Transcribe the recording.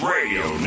Radio